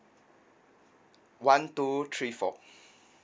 one two three four